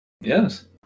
yes